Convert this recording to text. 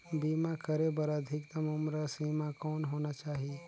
बीमा करे बर अधिकतम उम्र सीमा कौन होना चाही?